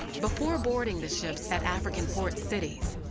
before boarding the ships at african port cities,